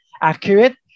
accurate